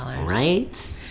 Right